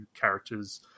characters